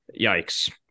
yikes